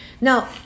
Now